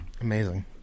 amazing